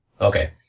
Okay